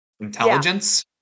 intelligence